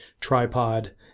tripod